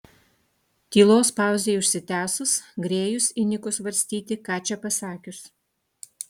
tylos pauzei užsitęsus grėjus įniko svarstyti ką čia pasakius